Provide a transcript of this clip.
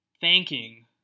thanking